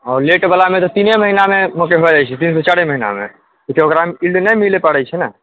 आओर लेटवलामे तऽ तीने महिनामे भऽ जाइ छै तीनसँ चारि महिनामे कियाक ओकरामे नहि मिलै पड़ै छै ने